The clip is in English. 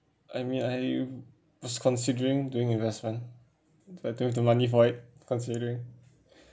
I mean I was considering doing investment but I don't have the money for it considering